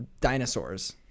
dinosaurs